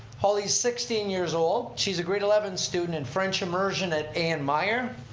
holly's sixteen years old. she's a grade eleven student in french immersion at an myer.